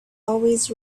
always